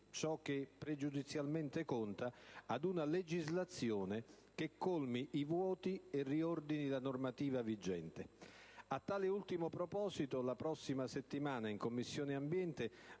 ciò che pregiudizialmente conta - ad una legislazione che colmi i vuoti e riordini la normativa vigente. A tale ultimo proposito, la prossima settimana in Commissione ambiente